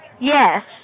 Yes